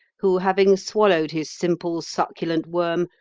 who, having swallowed his simple, succulent worm,